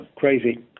Crazy